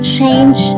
Change